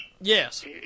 yes